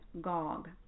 Gog